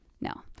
No